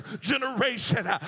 generation